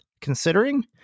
considering